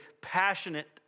passionate